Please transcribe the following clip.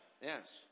Yes